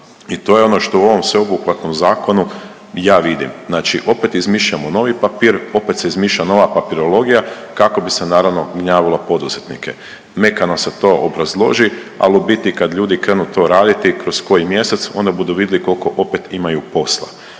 i to je ono što u ovom sveobuhvatnom zakonu ja vidim. Znači opet izmišljamo novi papir, opet se izmišlja nova papirologija kako bi se naravno gnjavilo poduzetnike. Mekano se to obrazloži al u biti kad ljudi krenu to raditi kroz koji mjesec, onda budu vidli koliko opet imaju posla.